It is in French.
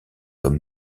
comme